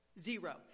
Zero